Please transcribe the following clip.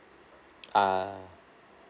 ah